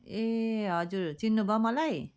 ए हजुर चिन्नु भयो मलाई